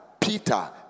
Peter